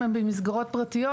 אם הם במסגרות פרטיות,